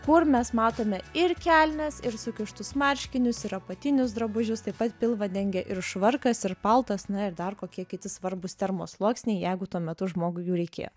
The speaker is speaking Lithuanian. kur mes matome ir kelnes ir sukištus marškinius ir apatinius drabužius taip pat pilvą dengia ir švarkas ir paltas na ir dar kokie kiti svarbūs termo sluoksniai jeigu tuo metu žmogui jų reikėjo